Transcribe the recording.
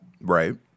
Right